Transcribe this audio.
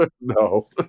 no